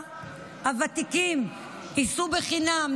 הבאה הוותיקים ייסעו חינם,